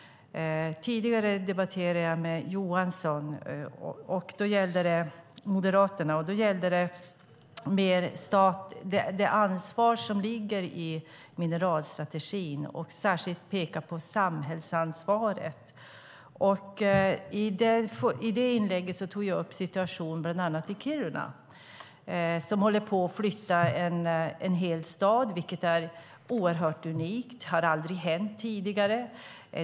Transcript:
Tidigare debatterade jag med Johan Johansson, Moderaterna. Då gällde det mer det ansvar som ligger i mineralstrategin. Jag vill särskilt peka på samhällsansvaret. I det inlägget tog jag upp situationen bland annat i Kiruna där man håller på att flytta en hel stad, vilket är oerhört unikt. Det har aldrig hänt tidigare.